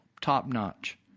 top-notch